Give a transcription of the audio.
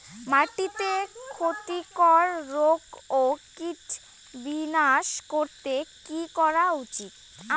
মাটিতে ক্ষতি কর রোগ ও কীট বিনাশ করতে কি করা উচিৎ?